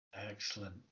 Excellent